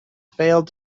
failed